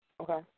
Okay